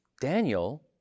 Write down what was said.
Daniel